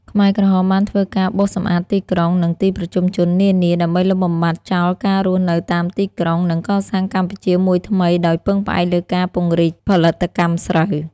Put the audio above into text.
ខ្មែរក្រហមបានធ្វើការបោសសម្អាតទីក្រុង និងទីប្រជុំជននានា ដើម្បីលុបបំបាត់ចោលការរស់នៅតាមទីក្រុង និងកសាងកម្ពុជាមួយថ្មីដោយពឹងផ្អែកលើការពង្រីកផលិតកម្មស្រូវ ។